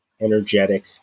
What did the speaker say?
energetic